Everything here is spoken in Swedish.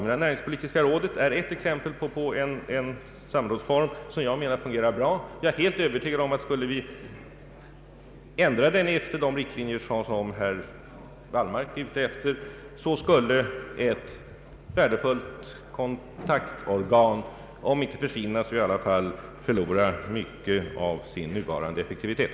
Det näringspolitiska rådet är ett exempel på en samrådsform som enligt min uppfattning fungerar bra. Jag är helt övertygad om att skulle vi göra en ändring i den riktning som herr Wallmark önskar, så skulle ett värdefullt kontaktorgan om inte försvinna så i varje fall förlora mycket av sin nuvarande effektivitet.